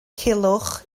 culhwch